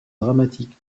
dramatiques